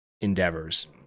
endeavors